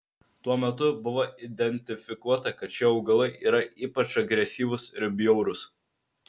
tuo metu buvo identifikuota kad šie augalai yra ypač agresyvūs ir bjaurūs